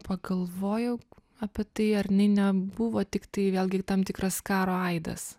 pagalvojau apie tai ar jinai nebuvo tiktai vėlgi tam tikras karo aidas